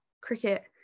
cricket